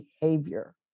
behavior